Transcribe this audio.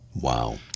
Wow